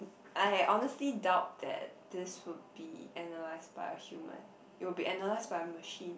I honestly doubt that this would be analyzed by a human it will be analyzed by a machine